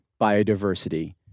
biodiversity